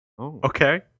Okay